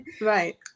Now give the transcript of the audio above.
Right